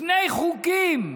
שני חוקים: